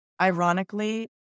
Ironically